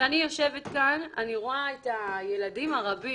כשאני יושבת כאן, אני רואה את הילדים הרבים,